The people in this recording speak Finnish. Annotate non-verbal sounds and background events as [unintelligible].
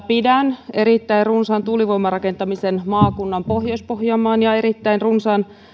[unintelligible] pidän erittäin runsaan tuulivoimarakentamisen maakunnan pohjois pohjanmaan ja erittäin runsaan